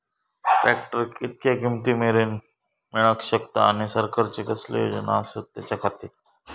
Tractor कितक्या किमती मरेन मेळाक शकता आनी सरकारचे कसले योजना आसत त्याच्याखाती?